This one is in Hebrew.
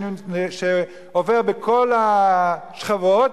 שעובר בכל השכבות,